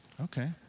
Okay